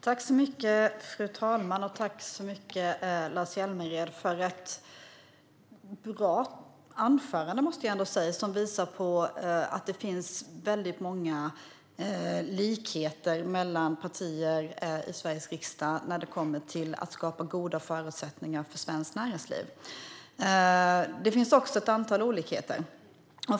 Fru talman! Tack så mycket, Lars Hjälmered, för ett, måste jag ändå säga, bra anförande, som visar att det finns många likheter mellan partier i Sveriges riksdag när det handlar om att skapa goda förutsättningar för svenskt näringsliv. Det finns också ett antal olikheter.